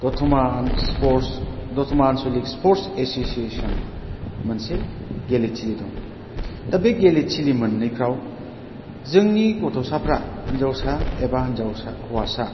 दतमा स्पर्ट्स दतमा आन्सलिक स्पर्ट्स एससियेसन मोनसे गेलेथिलि दं दा बे गेलेथिलि मोन्नैफ्राव जोंनि गथ'साफ्रा हिनजावसा एबा हिनजावसा हौवासा